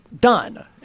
done